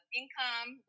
income